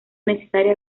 necesaria